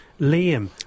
Liam